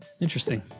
Interesting